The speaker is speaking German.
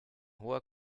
hoher